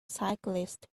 cyclist